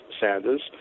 Sanders